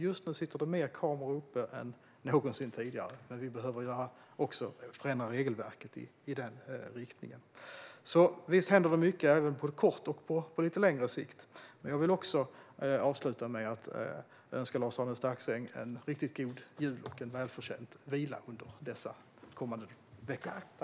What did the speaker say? Det sitter nu fler kameror uppe än någonsin tidigare, men vi behöver också förändra regelverket i den riktningen. Så visst händer det mycket på både kort och lite längre sikt. Jag vill också avsluta med att önska Lars-Arne Staxäng en riktigt god jul och en välförtjänt vila under de kommande veckorna!